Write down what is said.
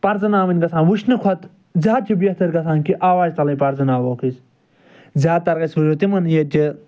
پَرزٕناوٕنۍ گَژھان وٕچھنہٕ کھۄتہٕ زیادٕ چھِ بہتر گَژھان کہِ آوازِ تَلَے پرزٕناووکھ أسۍ زیاد تر گَژھِ